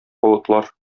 болытлар